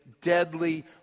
deadly